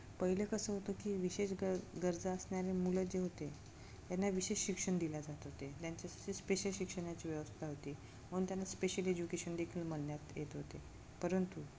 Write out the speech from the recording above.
पहिले कसं होतं की विशेष ग गरजा असणारे मुलं जे होते त्यांना विशेष शिक्षण दिले जात होते त्यांच्यासाठी स्पेशल शिक्षणाची व्यवस्था होती म्हणून त्यांना स्पेशल एज्युकेशन देखील म्हणण्यात येत होते परंतु